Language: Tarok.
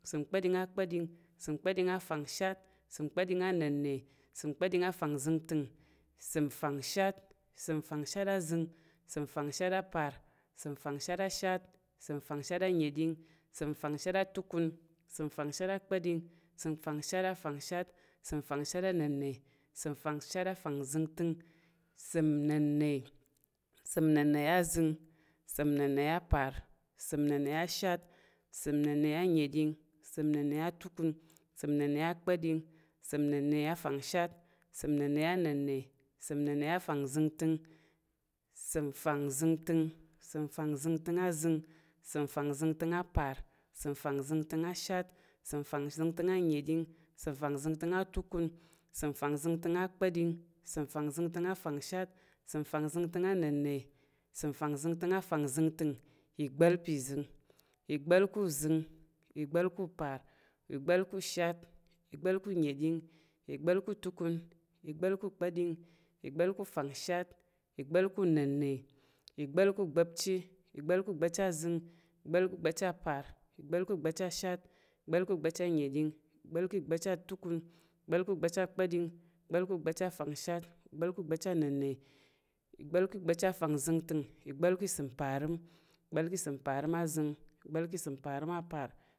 Səm kpa̱ɗing akpa̱ɗing, səm kpa̱ɗing afangshat, səm kpa̱ɗing annəna̱, səm kpa̱ɗing afangzəngtəng, səm fangshat, səm fangshat azəng, səm fangshat apar, səm fangshat ashat, səm fangshat annəɗing, səm fangshat atukun, səm fangshat akpa̱ɗing, səm fangshat annəna̱, səm fangshat afangzəngtəng, səm nnəna̱, səm nnəna azəng, səm nnəna apar, səm nnəna ashat, səm nnəna̱ anəɗing, səm nnəna atukun, səm nnəna akpa̱ɗing, səm nnəna afangshat, səm nnəna nnəna, səm nnəna afangzəngtəng, səm fangzəngtəng, səm fangzəngtəng azəng, səm fangzəngtəng apar, səm fangzəngtəng ashat, səm fangzəngtəng annəɗing, səm fangzəngtəng atukun, səm fangzəngtəng akpa̱ɗing, səm fangzəngtəng afangshat, səm fangzəngtəng annəna̱, səm fangzəngtəng afangzəngtəng, ìgbá̱l, ìgbá̱l ka̱ uzəng, ìgbá̱l ka̱ upar, ìgbá̱l ká̱ ushat, ìgbá̱l ka̱ unnəɗing, ìgbá̱l ka̱ utukun, ìgbá̱l ká̱ kpa̱ɗing, ìgbá̱l ká̱ ufangshat, ìgbá̱l ka̱ unnəna̱, ìgbá̱l ka̱ ufangzəngtəng, ìgbá̱l ka̱ ugba̱pchi, ìgbá̱l ka̱ ugba̱pchi azəng, ìgbá̱l ka̱ ugba̱pchi apar, ìgbá̱l ka̱ ugba̱pchi ashat, ìgbá̱l ka̱ ugba̱pchi annəɗing, ìgbá̱l ka̱ ugba̱pchi atukun, ìgbá̱l ka̱ ugba̱pchi kpa̱ɗing, ìgbá̱l ka̱ ugba̱pchi afangshat, ìgbá̱l ka̱ ugba̱pchi anna̱nə, ìgbá̱l ka̱ ugba̱pchi afangzəntəng, ìgbá̱l ka̱ ugba̱pchi ìsəm parəm, ìgbá̱l ka̱ ugba̱pchi ìsəm azəng, ìgbá̱l ka̱ ugba̱pchi ìsəm apar, ̱